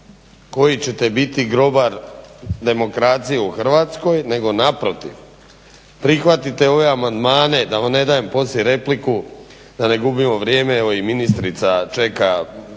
koji ćete biti grobar demokraciji u Hrvatskoj, nego naprotiv prihvatite ove amandmane da vam ne dajem poslije repliku, da ne gubimo vrijeme, evo i ministrica čeka